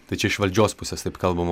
tai čia iš valdžios pusės taip kalbama